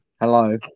hello